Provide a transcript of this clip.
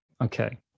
Okay